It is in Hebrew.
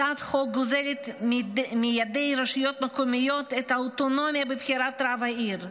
הצעת החוק גוזלת מידי הרשויות המקומיות את האוטונומיה לבחירת רב העיר,